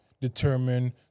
determine